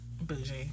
bougie